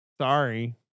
Sorry